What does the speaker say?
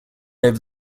over